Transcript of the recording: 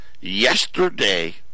Yesterday